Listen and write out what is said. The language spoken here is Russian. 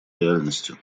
реальностью